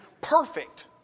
perfect